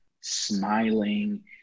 smiling